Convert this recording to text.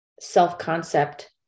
self-concept